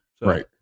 right